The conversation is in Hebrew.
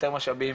יותר משאבים.